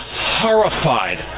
horrified